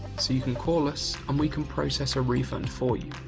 so you can call us and we can process a refund for you.